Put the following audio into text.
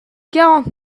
quarante